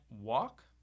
walk